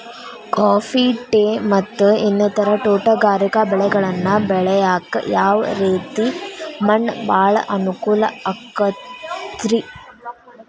Coffee, tea, ಮತ್ತ ಇನ್ನಿತರ ತೋಟಗಾರಿಕಾ ಬೆಳೆಗಳನ್ನ ಬೆಳೆಯಾಕ ಯಾವ ರೇತಿ ಮಣ್ಣ ಭಾಳ ಅನುಕೂಲ ಆಕ್ತದ್ರಿ?